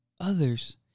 others